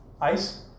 Ice